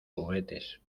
juguetes